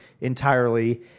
entirely